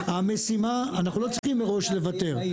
המשימה, אנחנו לא צריכים מראש לוותר.